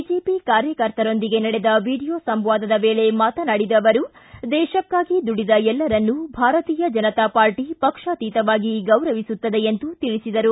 BJP ಕಾರ್ಯಕರ್ತರೊಂದಿಗೆ ನಡೆದ video ಸಂವಾದದ ವೇಳೆ ಮಾತನಾಡಿದ ಅವರು ದೇಶಕ್ಕಾಗಿ ದುಡಿದ ಎಲ್ಲರನ್ನೂ ಭಾರತೀಯ ಜನತಾ ಪಾರ್ಟಿ ಪಕ್ಷಾತೀತವಾಗಿ ಈ ಗೌರವಿಸುತ್ತದೆ ಎಂದು ತಿಳಿಸಿದರು